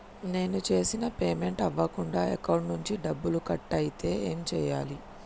నేను చేసిన పేమెంట్ అవ్వకుండా అకౌంట్ నుంచి డబ్బులు కట్ అయితే ఏం చేయాలి?